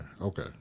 Okay